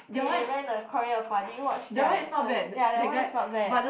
they they rent a Korean oppa watch their accent ya that one is not bad